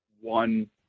one